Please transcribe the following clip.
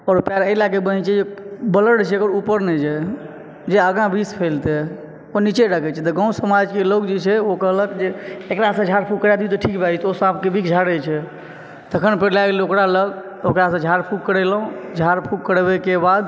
ओकर पयर एहि लएके बान्है छियै जे ब्लड जे छै एकर ऊपर नैहि जाइ जे आगा विष फैलतै नीचे रखै छियै तऽ गाँव समाजके लोग जे छै ओ कहलक जे एकरा से झाड़ फूँक करा दियौ तऽ ठीक भए जेतै ओ साँपके विख झाड़ै छै तखन फेर लए गेलहुँ ओकरा लग ओकरासँ झाड़ फूँक करैलहुँ झाड़ फूँक करबैके बाद